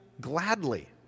gladly